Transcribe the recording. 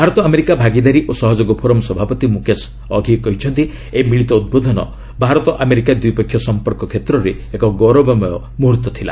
Bharat America ଭାଗିଦାରୀ ଓ ସହଯୋଗ ଫୋରମ୍ ସଭାପତି ମୁକେଶ ଅଘି କହିଛନ୍ତି ଏହି ମିଳିତ ଉଦ୍ବୋଧନ ଭାରତ ଆମେରିକା ଦ୍ୱିପକ୍ଷ ସମ୍ପର୍କ କ୍ଷେତ୍ରରେ ଏକ ଗୌରବମୟ ମୁହୂର୍ତ୍ତ ଥିଲା